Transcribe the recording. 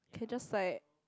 he just like